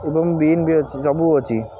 ଏବଂ ବିନ୍ ବି ଅଛି ସବୁ ଅଛି